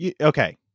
okay